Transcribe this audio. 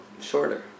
shorter